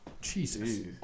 Jesus